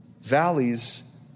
Valleys